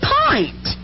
point